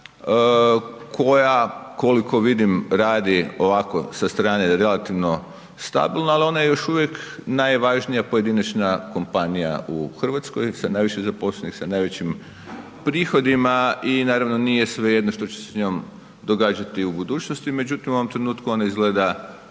koja koliko vidim radi ovako sa strane relativno stabilno, ali je ona još uvijek najvažnija pojedinačna kompanija u Hrvatskoj sa najviše zaposlenih, sa najvećim prihodima i naravno nije svejedno što će se s njom događati u budućnosti. Međutim u ovom trenutku ona izgleda